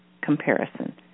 comparison